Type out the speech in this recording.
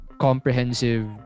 comprehensive